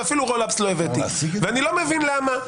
ואני לא מבין למה.